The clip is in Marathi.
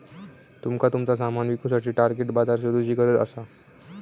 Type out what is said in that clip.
तुमका तुमचा सामान विकुसाठी टार्गेट बाजार शोधुची गरज असा